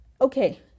okay